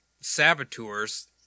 saboteurs